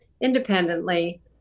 independently